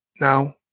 now